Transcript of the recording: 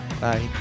Bye